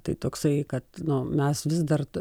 tai toksai kad nu mes vis dar